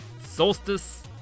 Solstice